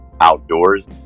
Outdoors